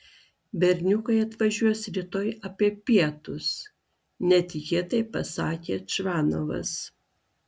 berniukai atvažiuos rytoj apie pietus netikėtai pasakė čvanovas